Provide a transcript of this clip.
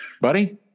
buddy